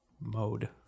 mode